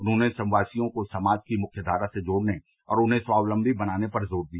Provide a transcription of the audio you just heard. उन्होंने संवासियों को समाज की मुख्य धारा से जोड़ने और उन्हें स्वावलम्बी बनाने पर जोर दिया